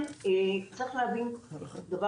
אני לא מבין.